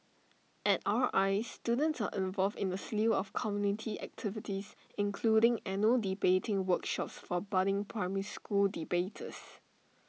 at R I students are involved in A slew of community activities including annual debating workshops for budding primary school debaters